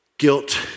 guilt